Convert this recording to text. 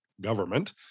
government